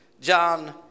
John